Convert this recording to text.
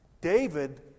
David